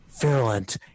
virulent